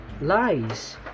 lies